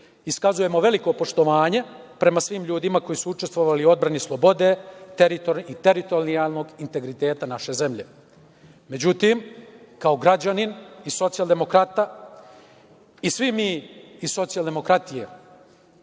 Iskazujemo veliko poštovanje prema svim ljudima koji su učestvovali u odbrani slobode i teritorijalnog integriteta naše zemlje. Međutim, kao građanin i kao socijaldemokrata i svi mi iz Socijaldemokratije,